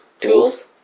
tools